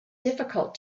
difficult